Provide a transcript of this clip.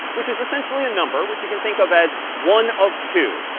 which is essentially a number which you can think of as one of two,